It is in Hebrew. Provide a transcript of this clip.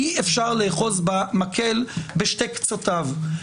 אי-אפשר לאחוז בשתי קצוותיו,